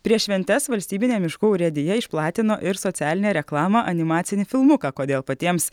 prieš šventes valstybinė miškų urėdija išplatino ir socialinę reklamą animacinį filmuką kodėl patiems